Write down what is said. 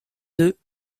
deux